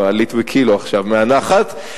עלית בקילו עכשיו מהנחת,